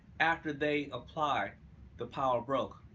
after they apply the power of broke,